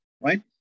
right